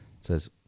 says